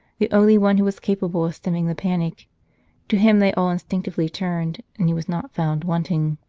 the only one who was capable of stemming the panic to him they all instinctively turned, and he was not found wanting.